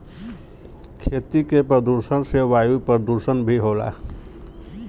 खेती के प्रदुषण से वायु परदुसन भी होला